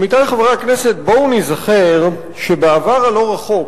עמיתי חברי הכנסת, בואו ניזכר שבעבר הלא-רחוק